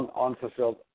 unfulfilled